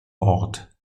ort